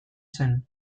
zen